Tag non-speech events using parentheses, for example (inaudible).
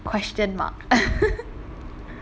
question mark (laughs)